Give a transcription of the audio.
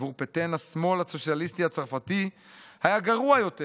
עבור פטן השמאל הסוציאליסטי הצרפתי היה גרוע יותר